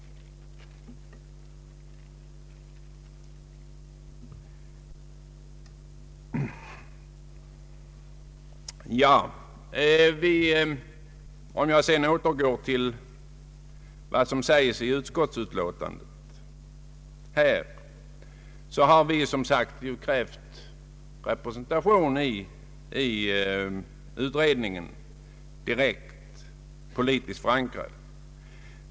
Jag återgår till vad som sägs i utskottsutlåtandet. Vi har, som sagt, krävt direkt politiskt förankrad representation i utredningen.